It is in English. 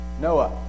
Noah